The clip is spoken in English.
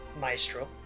Maestro